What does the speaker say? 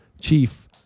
chief